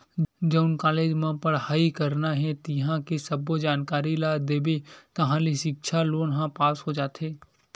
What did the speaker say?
जउन कॉलेज म पड़हई करना हे तिंहा के सब्बो जानकारी ल देबे ताहाँले सिक्छा लोन ह पास हो जाथे